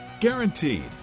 Guaranteed